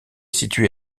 situé